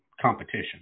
Competition